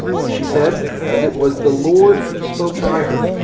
but she said, as it was the lord who spoke by her,